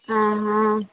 हा हा